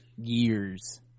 Years